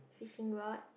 fishing rod